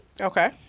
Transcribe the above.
Okay